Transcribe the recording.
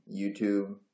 YouTube